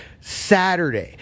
Saturday